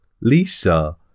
Lisa